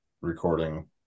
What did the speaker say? recording